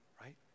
right